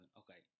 okay